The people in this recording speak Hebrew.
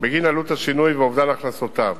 בגין עלות השינוי ואובדן הכנסותיו.